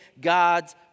God's